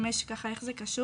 105, ככה, איך זה קשור.